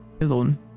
alone